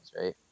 right